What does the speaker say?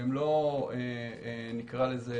והם לא הוראות נקרא לזה